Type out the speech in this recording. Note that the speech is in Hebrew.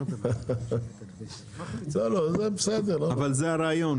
אבל זה הרעיון.